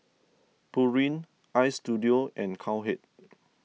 Pureen Istudio and Cowhead